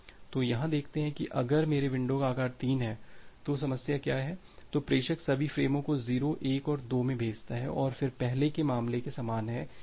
तो यहाँ देखते हैं कि अगर मेरे विंडो का आकार 3 है तो समस्या क्या है तो प्रेषक सभी फ़्रेमों को 0 1 और 2 भेजता है और फिर पहले के मामले के समान है कि सभी पावती खो गए हैं